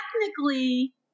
technically